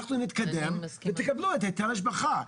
אנחנו נתקדם ותקבלו את היטל ההשבחה.